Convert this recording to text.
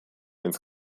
ins